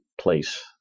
place